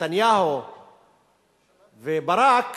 נתניהו וברק,